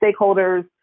stakeholders